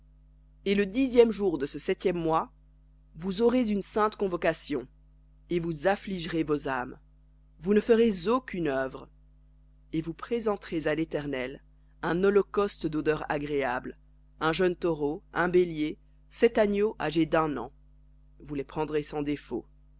et le dixième de ce septième mois vous aurez une sainte convocation et vous affligerez vos âmes vous ne ferez aucune œuvre et vous présenterez à l'éternel un holocauste d'odeur agréable un jeune taureau un bélier sept agneaux âgés d'un an vous les prendrez